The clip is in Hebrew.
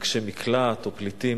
מבקשי מקלט או פליטים,